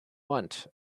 want